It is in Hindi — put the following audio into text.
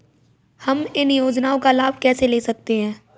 हम इन योजनाओं का लाभ कैसे ले सकते हैं?